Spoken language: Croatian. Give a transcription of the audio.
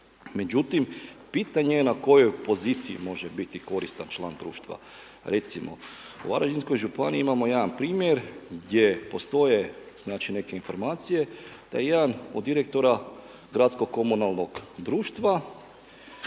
Međutim, pitanje je na kojoj poziciji može biti koristan član društva. Recimo u Varaždinskoj županiji imamo jedan primjer gdje postoje, znači neke informacije da je jedan od direktora Gradskog komunalnog društva